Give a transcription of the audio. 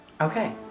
Okay